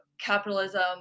capitalism